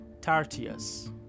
Tartius